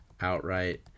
outright